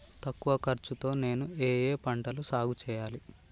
తక్కువ ఖర్చు తో నేను ఏ ఏ పంటలు సాగుచేయాలి?